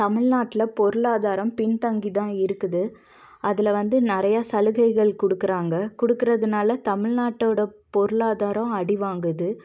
தமிழ்நாட்டில் பொருளாதாரம் பின் தங்கி தான் இருக்குது அதில் வந்து நிறையா சலுகைகள் கொடுக்குறாங்க கொடுக்கறதுனால தமிழ்நாட்டோடய பொருளாதாரம் அடிவாங்குது